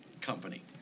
company